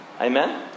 Amen